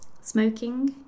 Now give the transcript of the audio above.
Smoking